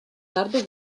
tardo